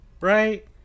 right